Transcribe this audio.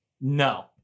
No